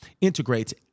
integrates